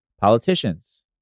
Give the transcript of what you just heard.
Politicians